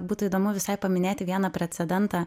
būtų įdomu visai paminėti vieną precedentą